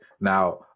Now